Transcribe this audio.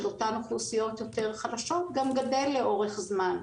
של אותן אוכלוסיות חלשות יותר גם גדל לאורך זמן.